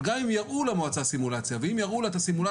אבל גם אם יראו למועצה סימולציה על 2021-2022,